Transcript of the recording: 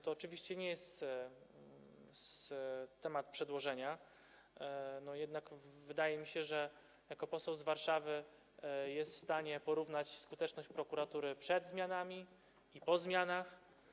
To oczywiście nie jest temat przedłożenia, jednak wydaje mi się, że jako poseł z Warszawy jest w stanie porównać skuteczność prokuratury przed zmianami i po zmianach.